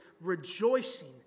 rejoicing